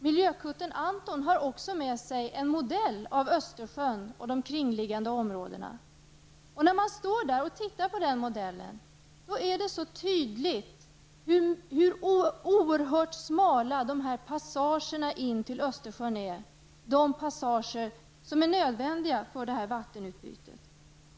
Miljökuttern Anton har också med sig en modell över Östersjön och de kringliggande områdena. När man betraktar modellen ser man mycket tydligt hur oerhört smala passagerna till Östersjön är, de passager som är nödvändiga för vattenutbytet.